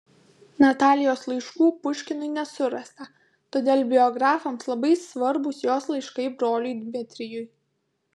natalijos laiškų puškinui nesurasta todėl biografams labai svarbūs jos laiškai broliui dmitrijui